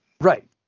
Right